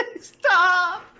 Stop